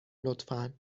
لطفا